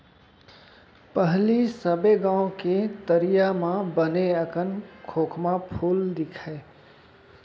पहिली सबे गॉंव के तरिया म बने अकन खोखमा फूल दिखय